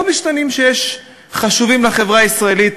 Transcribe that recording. יש עוד משתנים שבגללם ריבוי ילודה חשוב לחברה הישראלית.